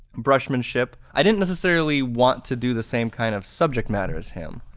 brushmanship. i didn't necessarily want to do the same kind of subject matter as him,